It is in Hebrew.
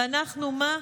ואנחנו מה?